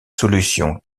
solution